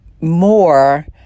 more